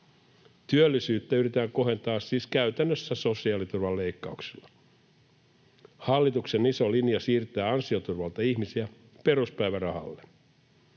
Työllisyyttä yritetään kohentaa siis käytännössä sosiaaliturvan leikkauksilla. Hallituksen iso linja siirtää ansioturvalta ihmisiä peruspäivärahalle,